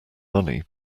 money